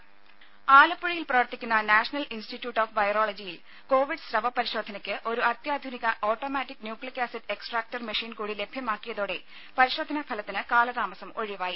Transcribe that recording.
ദേദ ആലപ്പുഴയിൽ പ്രവർത്തിക്കുന്ന നാഷണൽ ഇൻസ്റ്റിറ്റ്യൂട്ട് ഓഫ് വൈറോളജിയിൽ കോവിഡ് സ്രവ പരിശോധനയ്ക്ക് ഒരു അത്യാധുനിക automatic nucleic acid extractor machine കൂടി ലഭ്യമാക്കിയതോടെ പരിശോധനാഫലത്തിന് കാല താമസം ഒഴിവായി